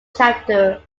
chapter